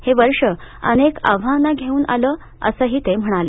हे वर्ष अनेक आव्हानं घेऊन आलं असंही ते म्हणाले